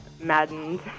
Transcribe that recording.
maddened